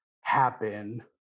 happen